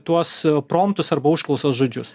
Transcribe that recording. tuos promptus arba užklausos žodžius